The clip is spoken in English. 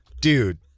Dude